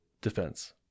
defense